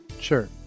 sure